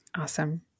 Awesome